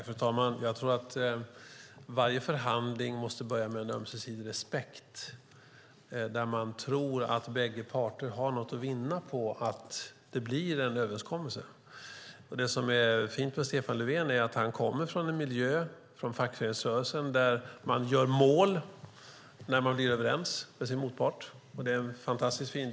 Fru talman! Jag tror att varje förhandling måste börja med en ömsesidig respekt där man tror att bägge parter har något att vinna på att det blir en överenskommelse. Det som är fint med Stefan Löfven är att han kommer från en miljö, från fackföreningsrörelsen, där man tycker att man gör mål när man blir överens med sin motpart. Det är fantastiskt fint.